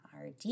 RD